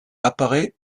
apparaît